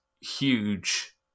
huge